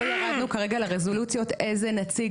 לא ירדנו כרגע לרזולוציות איזה נציג,